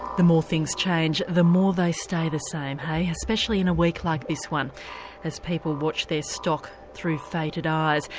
the more things change the more they stay the same, hey? especially in a week like this one as people watch their stock through fated eyes.